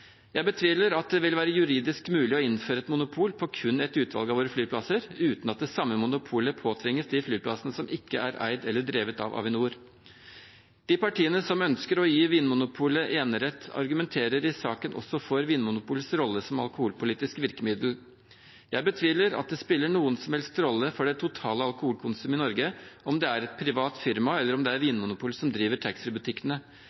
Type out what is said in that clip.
Jeg betviler at det vil være juridisk mulig å innføre et monopol på kun et utvalg av våre flyplasser, uten at det samme monopolet påtvinges de flyplassene som ikke er eid eller drevet av Avinor. De partiene som ønsker å gi Vinmonopolet enerett, argumenterer i saken også for Vinmonopolets rolle som alkoholpolitisk virkemiddel. Jeg betviler at det spiller noen som helst rolle for det totale alkoholkonsumet i Norge om det er et privat firma eller om det er